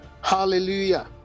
hallelujah